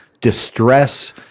distress